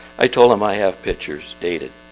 i told him i have pictures dated.